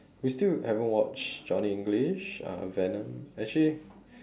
we still haven't watched Johnny english uh venom actually